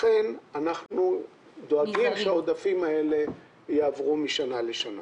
לכן אנחנו דואגים שהעודפים האלה יעברו משנה לשנה.